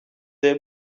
avez